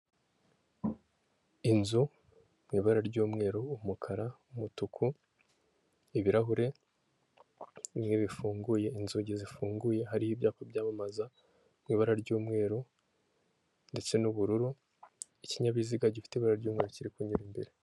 Inzu mu ibara ry'umweru, umukara, umutuku ibirahure bifunguye inzugi zifunguye hariho ibyapa byamamaza mu ibara ry'umweru ndetse n'ubururu ikinyabiziga gifite ibara ry'umuntu kiri kunyura imbere.